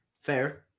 Fair